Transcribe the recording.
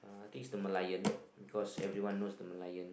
I think is the Merlion because knows the Merlion